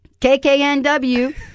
KKNW